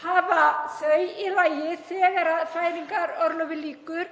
hafa þau í lagi þegar fæðingarorlofi lýkur,